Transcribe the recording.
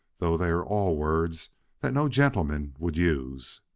though they are all words that no gentleman would use.